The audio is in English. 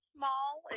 small